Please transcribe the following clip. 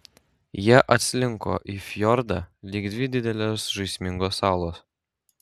jie atslinko į fjordą lyg dvi didelės žaismingos salos